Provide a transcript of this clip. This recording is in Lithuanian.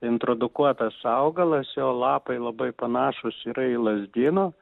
introdukuotas augalas jo lapai labai panašūs yra į lazdynų